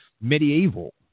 medieval